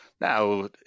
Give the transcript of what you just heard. Now